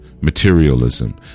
Materialism